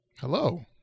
Hello